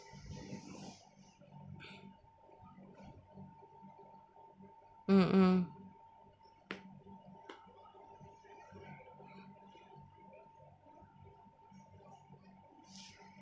mm mm